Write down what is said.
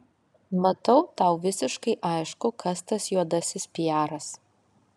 matau tau visiškai aišku kas tas juodasis piaras